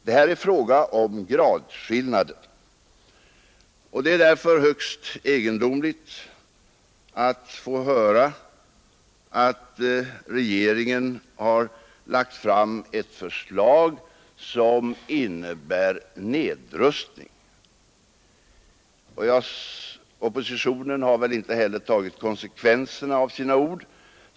Det är fråga om gradskillnader, och det är därför högst egendomligt att få höra att regeringen har lagt fram ett förslag som innebär nedrustning. Oppositionen har väl inte heller tagit konsekvenserna av sina ord.